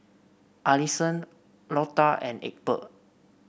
Allisson Lota and Egbert